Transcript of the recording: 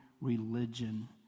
religion